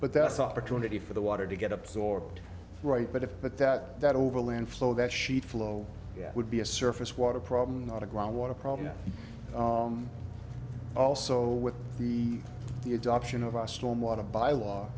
but that's opportunity for the water to get absorbed right but if but that that overland flow that she'd flow would be a surface water problem not a groundwater problem also with the the adoption of ice storm water by law